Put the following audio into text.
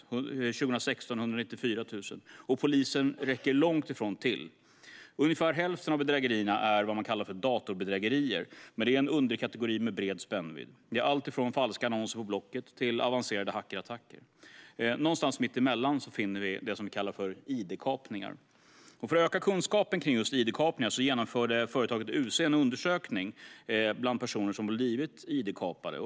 År 2016 anmäldes 194 000, och polisen räcker långt ifrån till. Ungefär hälften av bedrägerierna är så kallade datorbedrägerier, men det är en underkategori med bred spännvidd. Det handlar om alltifrån falska annonser på Blocket till avancerade hackerattacker. Någonstans mitt emellan finner vi det som kallas id-kapningarna. För att öka kunskapen om id-kapningar genomförde företaget UC en undersökning bland personer som blivit id-kapade.